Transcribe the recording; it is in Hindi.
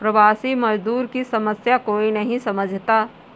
प्रवासी मजदूर की समस्या कोई नहीं समझता